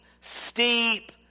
steep